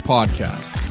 Podcast